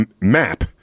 map